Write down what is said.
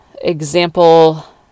example